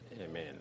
Amen